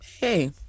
hey